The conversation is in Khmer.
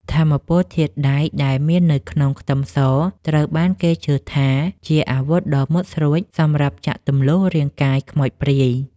ថាមពលធាតុដែកដែលមាននៅក្នុងខ្ទឹមសត្រូវបានគេជឿថាជាអាវុធដ៏មុតស្រួចសម្រាប់ចាក់ទម្លុះរាងកាយខ្មោចព្រាយ។